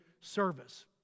service